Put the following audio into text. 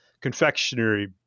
confectionery